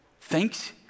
Thanks